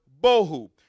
bohu